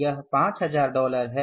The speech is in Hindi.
यह 5000 डॉलर है